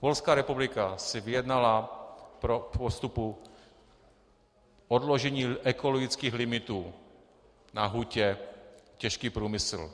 Polská republika si vyjednala po vstupu odložení ekologických limitů na hutě těžký průmysl.